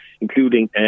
including